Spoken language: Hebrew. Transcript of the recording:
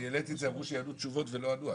אני העליתי את זה, אמרו שיענו תשובות ולא ענו.